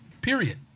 period